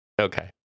okay